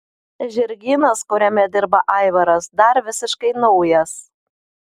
žirgynas kuriame dirba aivaras dar visiškai naujas